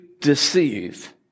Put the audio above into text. deceive